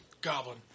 Goblin